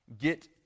get